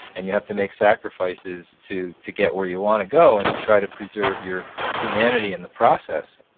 and you have to make sacrifices to to get where you want to go and try to preserve your humanity in the process.